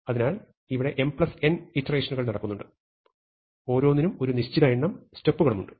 അതിനാൽ ഇവിടെ mn ഇറ്ററേഷനുകൾ നടക്കുന്നുണ്ട് ഓരോന്നിനും ഒരു നിശ്ചിത എണ്ണം സ്റ്റെപ്പുകളുമുണ്ട്